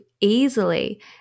easily